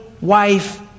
wife